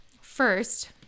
First